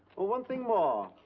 oh, one thing more.